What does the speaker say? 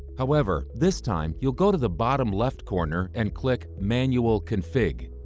however, this time you'll go to the bottom left corner and click manual config.